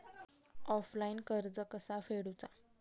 Offline कर्ज कसा फेडूचा?